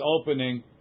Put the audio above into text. opening